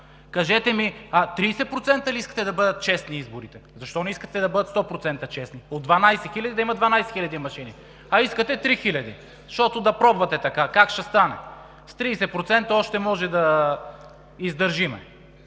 Кажете ми: 30% ли искате да бъдат честни изборите? Защото не искате да бъдат 100% честни?! – от 12 000 машини да има 12 000 машини, а искате 3000?! Защото да пробвате така – как ще стане?! „С 30% още може да издържим.“